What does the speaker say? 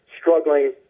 struggling